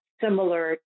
similar